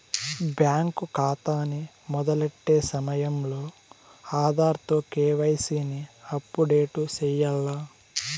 bank కాతాని మొదలెట్టే సమయంలో ఆధార్ తో కేవైసీని అప్పుడేటు సెయ్యాల్ల